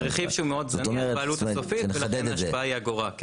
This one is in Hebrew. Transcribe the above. זה רכיב שהוא זניח בעלות הסופית ולכן ההשפעה היא אגורה.